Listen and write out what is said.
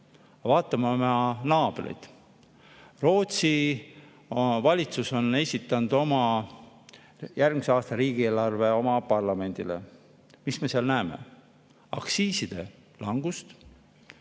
Vaatame oma naabreid! Rootsi valitsus on esitanud järgmise aasta riigieelarve oma parlamendile. Mis me seal näeme? Aktsiiside langust,